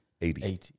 eighty